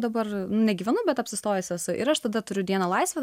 dabar negyvenu bet apsistojus esu ir aš tada turiu dieną laisvą